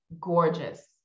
Gorgeous